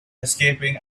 escaping